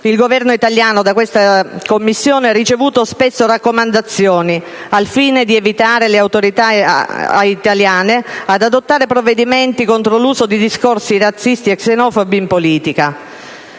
Il Governo italiano da questa Commissione ha ricevuto spesso raccomandazioni al fine di invitare le autorità italiane ad adottare provvedimenti contro l'uso di discorsi razzisti e xenofobi in politica.